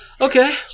Okay